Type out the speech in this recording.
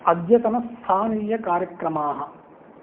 अद्यतनस्थानीयकार्यक्रमाः